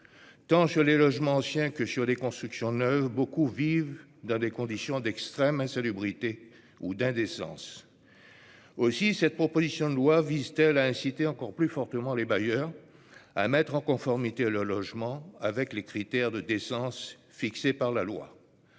Tant dans les logements anciens que dans les constructions neuves, beaucoup vivent dans des conditions d'extrême insalubrité ou d'indécence. Aussi, cette proposition de loi vise-t-elle à inciter encore plus fortement les bailleurs à mettre en conformité leurs logements avec les critères de décence fixés par la loi.